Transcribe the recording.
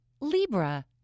Libra